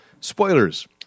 Spoilers